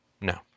No